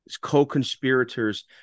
co-conspirators